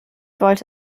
wollte